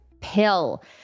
pill